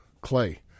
Clay